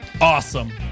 Awesome